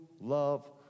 love